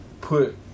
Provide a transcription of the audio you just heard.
Put